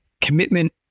commitment